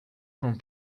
from